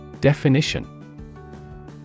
Definition